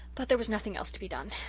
but there was nothing else to be done.